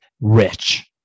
rich